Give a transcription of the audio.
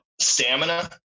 stamina